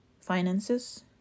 finances